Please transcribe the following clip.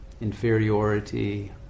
Inferiority